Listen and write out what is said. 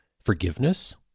forgiveness